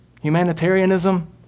humanitarianism